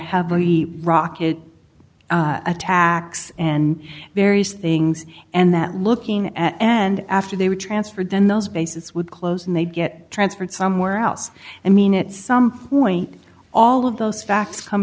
heavy rocket attacks and various things and that looking at and after they were transferred then those bases would close and they'd get transferred somewhere else and mean at some point all of those facts come